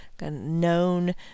known